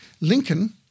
Lincoln